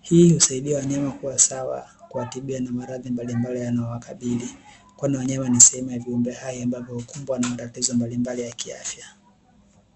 Hii husaidia wanyama kuwa sawa, kuwatibia na maradhi mbalimbali yanayowakabili, kwani wanyama ni sehemu ya viumbe hai ambapo hukumbwa na matatizo mbalimbali ya kiafya.